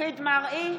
מופיד מרעי,